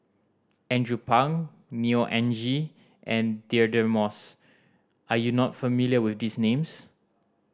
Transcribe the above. Andrew Phang Neo Anngee and Deirdre Moss are you not familiar with these names